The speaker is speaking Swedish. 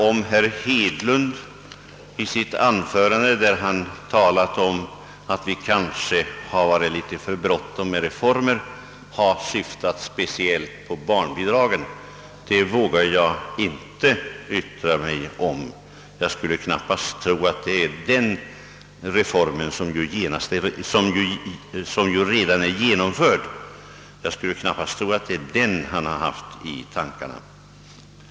Om herr Hedlunds yttrande om att vi kanske haft för bråttom med en del reformer syftade speciellt på barnbidragen vågar jag inte yttra mig om. Jag skulle knappast tro att det är speciellt den reformen, som ju redan är genomförd, herr Hedlund hade i tankarna.